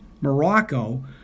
Morocco